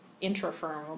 intra-firm